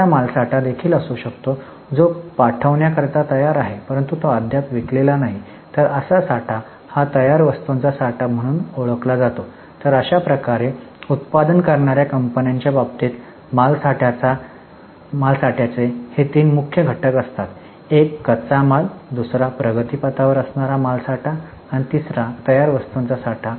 असा माल साठा देखील असू शकतो जो पाठवण्या करता तयार आहे परंतु तो अद्याप विकलेला नाही तर असा साठा हा तयार वस्तूंचा साठा म्हणून ओळखला जातो तर अशाप्रकारे उत्पादन करणाऱ्या कंपन्यांच्या बाबतीत मालसाठ्याचे हे तीन मुख्य घटक असतात एक कच्चा माल दुसरा प्रगतिपथावर असणारा माल साठा आणि तिसरा तयार वस्तूंचा साठा